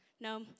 No